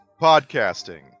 Podcasting